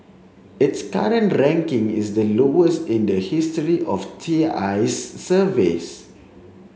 its current ranking is the lowest in the history of T I's surveys